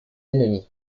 ennemis